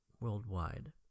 worldwide